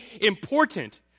important